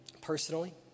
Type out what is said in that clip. personally